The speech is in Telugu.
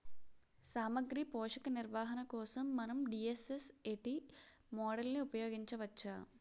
సామాగ్రి పోషక నిర్వహణ కోసం మనం డి.ఎస్.ఎస్.ఎ.టీ మోడల్ని ఉపయోగించవచ్చా?